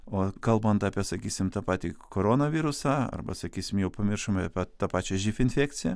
o kalbant apie sakysim tą patį koronavirusą arba sakysim jau pamiršome apie tą pačią živ infekciją